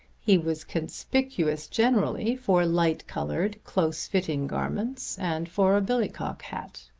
he was conspicuous generally for light-coloured close-fitting garments and for a billycock hat.